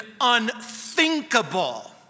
unthinkable